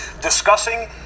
Discussing